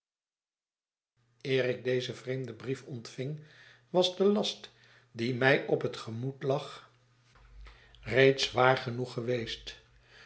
ik dezen vreemden brief ontving was de last die mij op het gemoed lag reeds zwaar